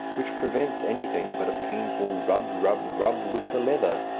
which prevents anything but a painful rub, rub, rub, with the leather.